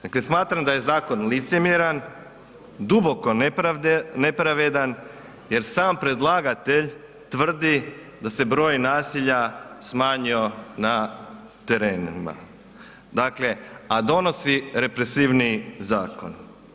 Dakle, smatram da je zakon licemjeran, duboko nepravedan jer sam predlagatelj tvrdi da se broj nasilja smanjio na terenima dakle, a donosi represivniji zakon.